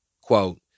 Quote